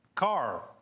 car